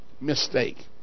Mistake